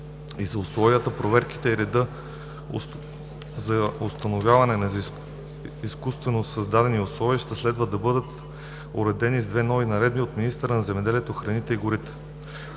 и условията, проверките и реда за установяване на изкуствено създадени условия, ще следва да бъдат уредени с две нови наредби на министъра на земеделието, храните и горите.